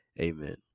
amen